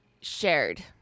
shared